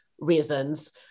reasons